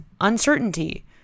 uncertainty